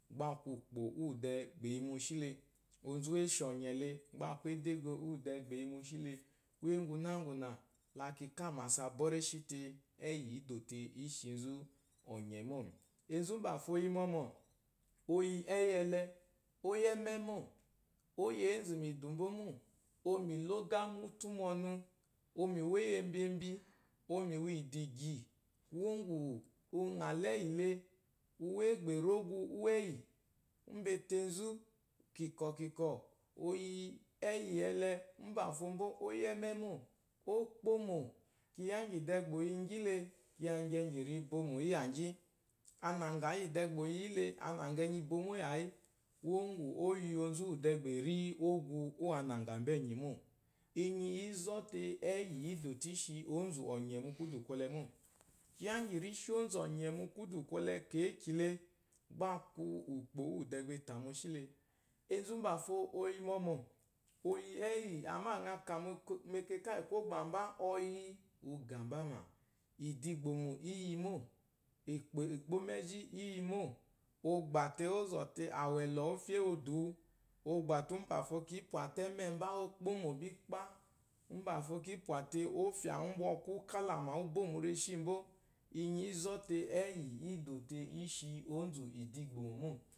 Gbá a kwu ùkpò úwù dɛɛ gbà è yi moshí le, onzu úwù é shi ɔ̀nyɛ̀ le gbá a kwu édégo úwù dɛɛ gbà è yi moshí le. kwúyè úŋgwunáŋgwùnà la ki ká àmàsaà bɔ́ réshí tee, ɛ́yì í dò te ǐ shi nzú ɔ̀nyɛ̀ mô. Enzu úmbàfo o yi mɔmɔ̀ o yi ɛ́yì ɛlɛ ó yi ɛ́mɛ́ mô, ó yi ěnzù mìdù mbó mô, o míló ógá mu útú mu ɔnu, o mì wo éyembyembi, o mì wo ìdìgyì kwuwó ŋgwù ɔ ŋa lɛ́yì le uwé gbà è rí ógwu úwù ɛ́yí? Úmbà ete nzú, kìkɔ̀-kìkɔ̀, o yi ɛ́yí ɛlɛ, úmbàfo mbó ó yi ɛ́mɛ́ mô. ó kpómò, kyiya íŋgyì dɛɛ gbà o yi ŋgyi le, kyiya ŋgyɛngyì ri bomò íyàŋgyí, anàŋgà íyì dɛɛ gbà o yi yí le, anàŋgà ɛnyì i bomò ìyàyí. Kwuwó ŋgwù ó yi onzu úwù dɛɛ gbà è ri ógwu úwù anàŋgà mbá ɛ̀nyì mô. Inyi í zɔ́ tee, ɛ́yì i dò te í shi ónzù ɔ̀nyɛ̀ mu kwúdù kwɔlɛ mô. Kyiya ŋgyì rí shi ónzù ɔ̀nyɛ̀ mu kwúdù kwɔlɛ kɛ̌kyì le, gbá a kwu ùkpò úwù dɛɛ gbà e tà moshí le. Enzu úmbafo o yi mɔmɔ̀, àmâ ŋa kà “mu k” mɛkɛkà íyì kwɔ́gbà mbá, ɔyi u gà mbá mà, ìdìgbòmò í yi mô, ìkpò ègbó mɛ́zhí i yi mô. O gbà te ó zɔ̀ te àwɛ̀lɔ̀ ó fyé o dù wu, o gbà te, úmbàfo, kí pwà te ɛ́mɛ́ mbá ó kpómò bí kpá, úmbàfo kí pwà te ɔ́fyà umbwɔkwú ú kálàmà ú bô mu reshíi mbó. Inyi í zɔ́ te ɛ́yì i dò te ǐ shi ónzù ìdigbòmò mô